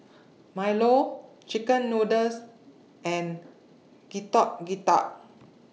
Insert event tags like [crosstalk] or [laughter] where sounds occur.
[noise] Milo Chicken Noodles and Getuk Getuk